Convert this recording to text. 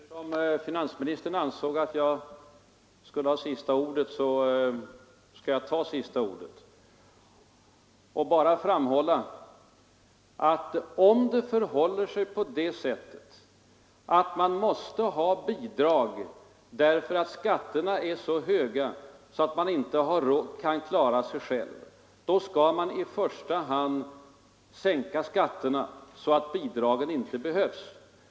Herr talman! Eftersom finansministern ansåg att jag borde ha sista ordet skall jag ta sista ordet och bara framhålla, att om det förhåller sig på det sättet att man måste ha bidrag därför att skatterna är så höga att man inte kan klara sig själv, då skall man i första hand sänka skatterna så att bidrag inte behövs.